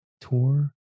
Tour